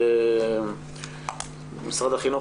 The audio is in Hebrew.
משרד החינוך,